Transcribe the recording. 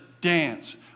dance